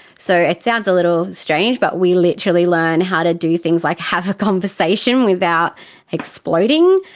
so it sounds a little strange but we literally learn how to do things like have a conversation without exploding,